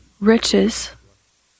riches